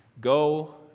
go